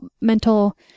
mental